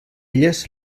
elles